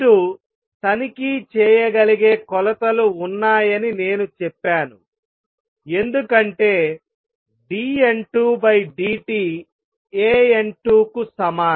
మీరు తనిఖీ చేయగలిగే కొలతలు ఉన్నాయని నేను చెప్పాను ఎందుకంటే dN2dt AN2 కు సమానం